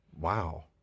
Wow